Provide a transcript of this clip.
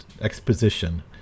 exposition